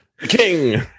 king